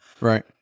Right